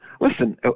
listen